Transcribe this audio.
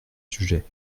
sujet